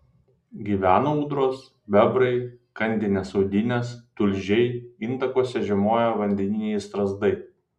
gyvena ūdros bebrai kanadinės audinės tulžiai intakuose žiemoja vandeniniai strazdai